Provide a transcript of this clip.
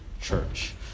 church